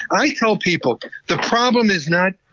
i tell people the problem is not